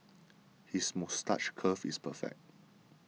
his moustache curl is perfect